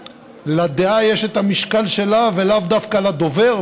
לדעה יש המשקל שלה ולאו דווקא לדובר,